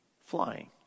flying